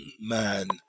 man